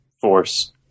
force